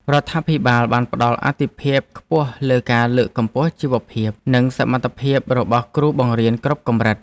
រដ្ឋាភិបាលបានផ្តល់អាទិភាពខ្ពស់លើការលើកកម្ពស់ជីវភាពនិងសមត្ថភាពរបស់គ្រូបង្រៀនគ្រប់កម្រិត។